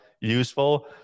useful